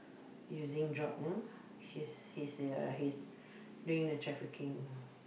using drug you know he's he's ya he's doing the trafficking